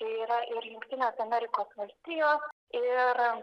yra ir jungtinės amerikos valstijos ir